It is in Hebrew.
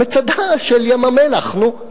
מצדה של ים-המלח, נו.